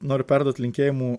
noriu perduot linkėjimų